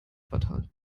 quartal